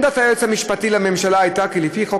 עמדת היועץ המשפטי לממשלה הייתה כי לפי החוק